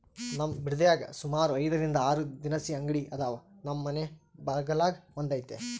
ನಮ್ ಬಿಡದ್ಯಾಗ ಸುಮಾರು ಐದರಿಂದ ಆರು ದಿನಸಿ ಅಂಗಡಿ ಅದಾವ, ನಮ್ ಮನೆ ಬಗಲಾಗ ಒಂದೈತೆ